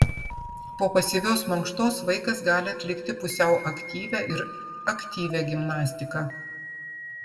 po pasyvios mankštos vaikas gali atlikti pusiau aktyvią ir aktyvią gimnastiką